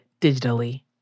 digitally